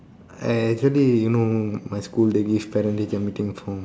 I actually you know my school they give parent teacher meeting form